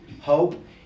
hope